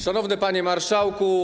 Szanowny Panie Marszałku!